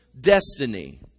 destiny